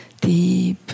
deep